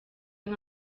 nka